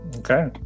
okay